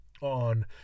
on